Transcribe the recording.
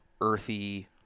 earthy